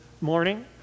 morning